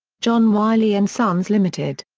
john wiley and sons ltd.